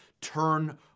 turn